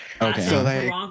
Okay